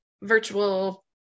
virtual